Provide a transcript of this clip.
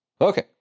okay